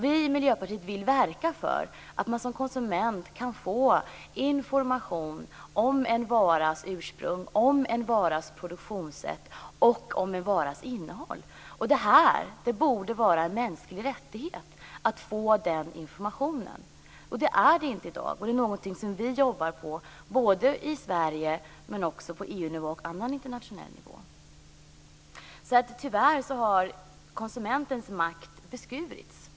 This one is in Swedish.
Vi i Miljöpartiet vill verka för att konsumenterna kan få information om en varas ursprung, om det produktionssätt som en vara framställts på och om en varas innehåll. Det borde vara en mänsklig rättighet att få den informationen. Det är det inte i dag. Det är någonting som vi jobbar på både i Sverige, på EU-nivå och på annan internationell nivå. Tyvärr har konsumentens makt beskurits.